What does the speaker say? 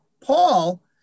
Paul